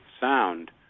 sound